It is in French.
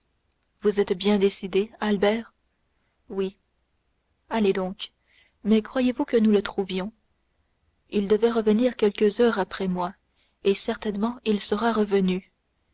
vous êtes bien décidé albert oui allez donc mais croyez-vous que nous le trouvions il devait revenir quelques heures après moi et certainement il sera revenu